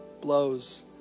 blows